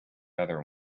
other